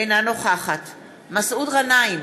אינה נוכחת מסעוד גנאים,